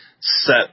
set